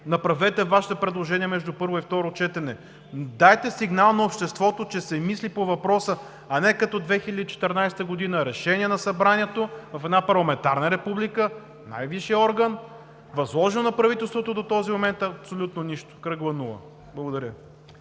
Направете Вашите предложения между първо и второ четене. Дайте сигнал на обществото, че се мисли по въпроса, а не като 2014 г. – решение на Събранието, в една парламентарна република, най висшият орган, възложи на правителството, а до този момент абсолютно нищо, кръгла нула. Благодаря.